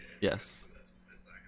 Yes